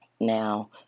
Now